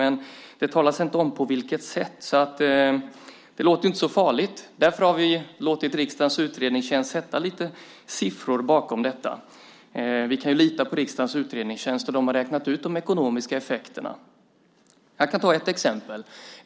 Men det talas inte om på vilket sätt. Det låter ju inte så farligt. Därför har vi låtit riksdagens utredningstjänst sätta lite siffror bakom detta. Vi kan lita på riksdagens utredningstjänst, och man har räknat ut de ekonomiska effekterna. Jag kan ta ett exempel.